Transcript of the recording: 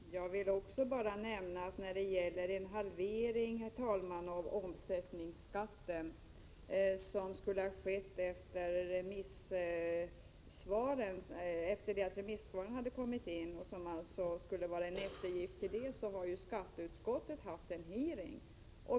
Herr talman! Jag vill också bara nämna att när det gäller den halvering av omsättningsskatten som skulle ha skett efter det att remissvaren hade kommit in och som alltså skulle vara en eftergift till dem, har skatteutskottet haft en hearing.